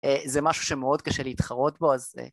‫זה משהו שמאוד קשה להתחרות בו, ‫אז...